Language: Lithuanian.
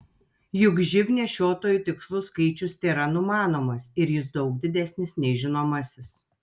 juk živ nešiotojų tikslus skaičius tėra numanomas ir jis daug didesnis nei žinomasis